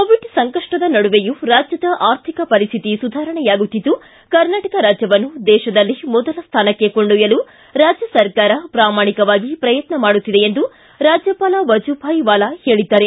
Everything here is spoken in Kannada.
ಕೋವಿಡ್ ಸಂಕಷ್ಟದ ನಡುವೆಯೂ ರಾಜ್ಯದ ಆರ್ಥಿಕ ಪರಿಸ್ವಿತಿ ಸುಧಾರಣೆಯಾಗುತ್ತಿದ್ದು ಕರ್ನಾಟಕ ರಾಜ್ಯವನ್ನು ದೇಶದಲ್ಲೇ ಮೊದಲ ಸ್ಮಾನಕ್ಕೆ ಕೊಂಡೊಯ್ಯಲು ರಾಜ್ಯ ಸರ್ಕಾರ ಪ್ರಾಮಾಣಿಕವಾಗಿ ಪ್ರಯತ್ನ ಮಾಡುತ್ತಿದೆ ಎಂದು ರಾಜ್ಯಪಾಲ ವಜುಭಾಯ್ ವಾಲಾ ಹೇಳಿದ್ದಾರೆ